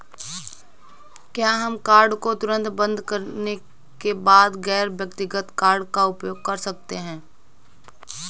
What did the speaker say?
क्या हम कार्ड को तुरंत बंद करने के बाद गैर व्यक्तिगत कार्ड का उपयोग कर सकते हैं?